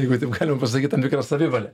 jeigu taip galima pasakyt tam tikras savivalė